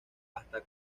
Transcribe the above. hasta